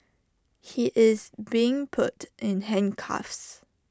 he is being put in handcuffs